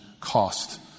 cost